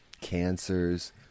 Cancers